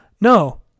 No